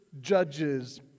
judges